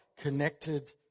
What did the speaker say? connected